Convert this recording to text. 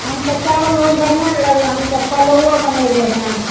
हम तऽ चावल बहुत बढ़िआँ लेबे हम तऽ पोलाव बनेबै ने